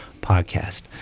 podcast